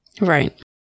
right